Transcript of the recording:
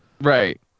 Right